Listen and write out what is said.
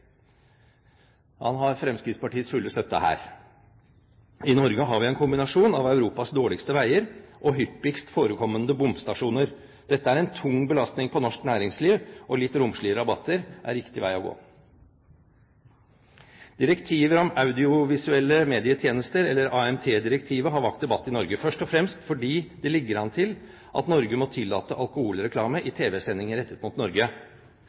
Norge har vi en kombinasjon av Europas dårligste veier og hyppigst forekommende bomstasjoner. Dette er en tung belastning på norsk næringsliv, og litt romsligere rabatter er riktig vei å gå. Direktivet om audiovisuelle medietjenester, eller AMT-direktivet, har vakt debatt i Norge, først og fremst fordi det ligger an til at Norge må tillate alkoholreklame i tv-sendinger rettet mot Norge.